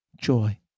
joy